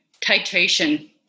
titration